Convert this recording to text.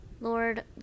lord